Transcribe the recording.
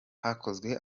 hakozwe